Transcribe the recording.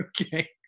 Okay